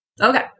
Okay